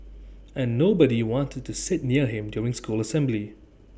and nobody wanted to sit near him during school assembly